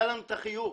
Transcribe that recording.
היה לנו את החיוך.